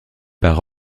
par